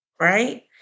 right